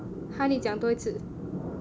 !huh! 你讲多一次